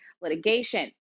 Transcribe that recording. litigation